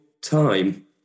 time